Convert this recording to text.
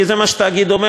כי זה מה שהתאגיד אומר,